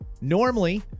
Normally